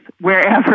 wherever